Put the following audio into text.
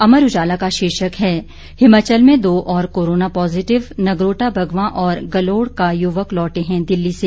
अमर उजाला का शीर्षक है हिमाचल में दो और कोरोना पॉजिटिव नगरोटा बंगवा और गलोड़ का युवक लौटे हैं दिल्ली से